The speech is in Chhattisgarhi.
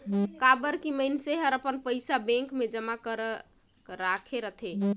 काबर की मइनसे हर अपन पइसा बेंक मे जमा करक राखे रथे